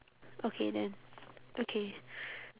okay then okay